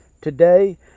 Today